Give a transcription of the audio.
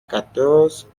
quatorze